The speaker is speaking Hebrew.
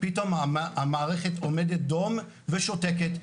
פתאום המערכת עומדת דום ושותקת.